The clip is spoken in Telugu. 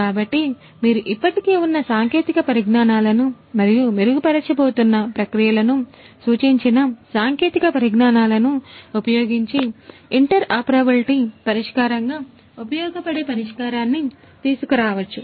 కాబట్టి మీరు ఇప్పటికే ఉన్న సాంకేతిక పరిజ్ఞానాలకు మరియు మెరుగుపరచబోతున్న ప్రక్రియలను సూచించిన సాంకేతిక పరిజ్ఞానాలకు ఉపయోగించి ఇంటర్ఆపెరాబిలిటీ పరిష్కారంగా ఉపయోగపడే పరిష్కారాన్ని తీసుకురావచ్చు